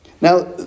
Now